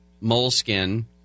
moleskin